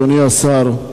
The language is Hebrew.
אדוני השר,